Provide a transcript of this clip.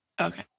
Okay